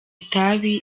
itabi